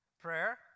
Prayer